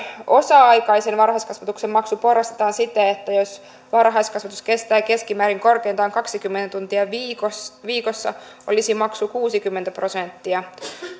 osa aikaisen varhaiskasvatuksen maksu porrastetaan siten että jos varhaiskasvatus kestää keskimäärin korkeintaan kaksikymmentä tuntia viikossa olisi maksu kuusikymmentä prosenttia